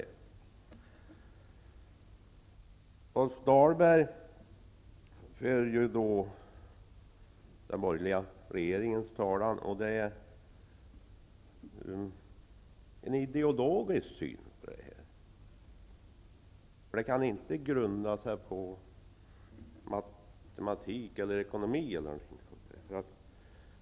Rolf Dahlberg för den borgerliga regeringens talan, och det är fråga om en ideologisk syn på saken. Resonemanget kan inte grunda sig på matematik och ekonomi e.d.